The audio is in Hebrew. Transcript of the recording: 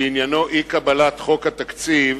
שעניינו אי-קבלת חוק התקציב,